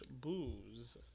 booze